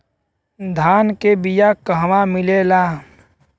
धान के बिया कहवा मिलेला?